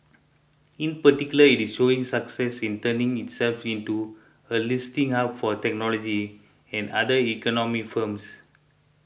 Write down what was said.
in particular it is showing success in turning itself into a listing hub for technology and other economy firms